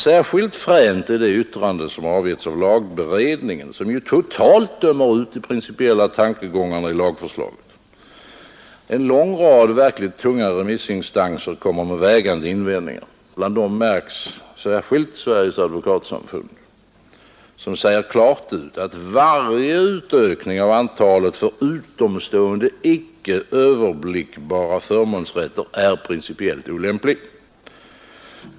Särskilt fränt är det yttrande som avgivits av lagberedningen, som ju totalt dömer ut de principiella tankegångarna i lagförslaget. En lång rad verkligt tunga remissinstanser kommer med vägande invändningar. Bland dem märks särskilt Sveriges advokatsamfund som säger klart ut att varje utökning av antalet för utomstående icke överblickbara förmånsrätter är principiellt olämplig.